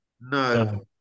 No